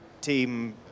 Team